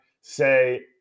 say